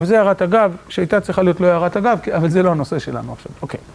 וזה הערת הגב, שהייתה צריכה להיות לא הערת הגב, אבל זה לא הנושא שלנו עכשיו, אוקיי.